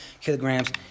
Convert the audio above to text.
kilograms